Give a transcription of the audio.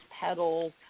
petals